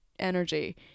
energy